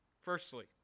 Firstly